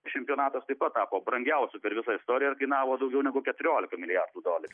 čempionatas taip pat tapo brangiausiu per visą istoriją ir kainavo daugiau negu keturiolika milijardų dolerių